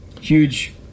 Huge